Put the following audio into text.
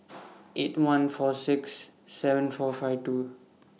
eight one four six seven four five two